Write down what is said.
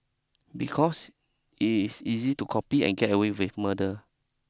because it is easy to copy and get away with murder